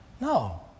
No